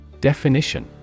Definition